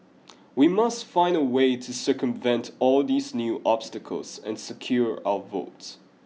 we must find a way to circumvent all these new obstacles and secure our votes